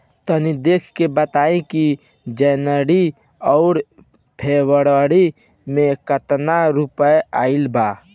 तनी देख के बताई कि जौनरी आउर फेबुयारी में कातना रुपिया आएल बा?